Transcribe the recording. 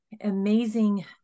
amazing